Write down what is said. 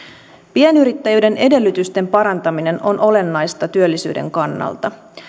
pienyrittäjyyden edellytysten parantaminen on olennaista työllisyyden kannalta